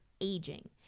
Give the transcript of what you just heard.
aging